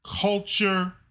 culture